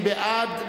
מי בעד?